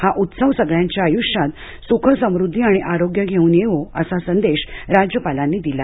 हा उत्सव सगळ्यांच्या आयुष्यात सुख समृद्धी आणि आरोग्य घेऊन येवो असा संदेश राज्यपालांनी दिला